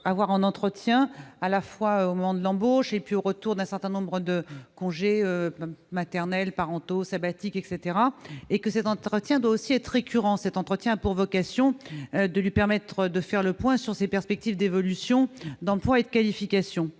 avoir un entretien au moment de l'embauche ainsi qu'au retour d'un certain nombre de congés : maternels, parentaux, sabbatiques, notamment. Cet entretien doit aussi être récurrent, car il a pour vocation de permettre à l'employé de faire le point sur ses perspectives d'évolution, d'emploi et de qualification.